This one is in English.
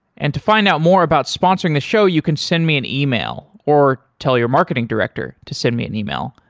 and to find out more about sponsoring the show, you can send me an email or tell your marketing director to send me an email,